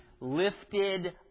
lifted